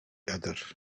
others